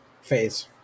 Phase